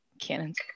Cannon's